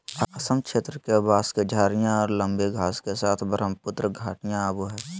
असम क्षेत्र के, बांस की झाडियाँ और लंबी घास के साथ ब्रहमपुत्र घाटियाँ आवो हइ